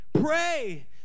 Pray